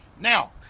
Now